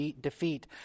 defeat